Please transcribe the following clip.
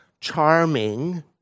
charming